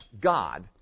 God